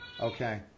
Okay